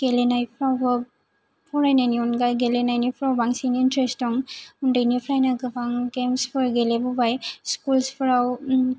गेलेनायफोरावबो फरायनायनि अनगा गेलेनायनिफोराव बांसिन इन्ट्रेस्ट दं उनदैनिफ्रायनो गोबां गेम्सफोर गेलेबोबाय स्कुलसफोराव